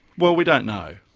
well, we don't know.